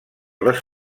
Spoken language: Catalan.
les